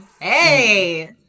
Hey